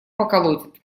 поколотят